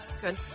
good